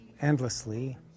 endlessly